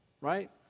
Right